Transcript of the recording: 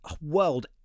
world